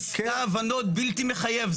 מזכר הבנות בלתי מחייב,